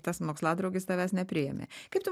tas moksladraugis tavęs nepriėmė kaip tu